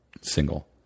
single